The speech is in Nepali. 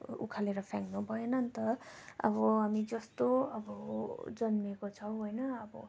उखालेर फ्याँक्नु भएन नि त अब हामी जस्तो अब जन्मेको छौँ होइन अब